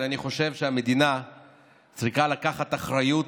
אבל אני חושב שהמדינה צריכה לקחת אחריות